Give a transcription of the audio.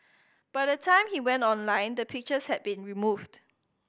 by the time he went online the pictures had been removed